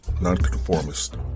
non-conformist